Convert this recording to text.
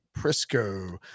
Prisco